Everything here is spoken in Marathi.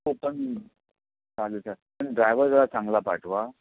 हो पण चालेल काय तुम्ही ड्राइवर जरा चांगला पाठवा